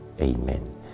Amen